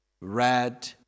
red